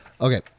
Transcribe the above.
Okay